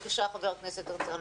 בבקשה חה"כ הרצנו.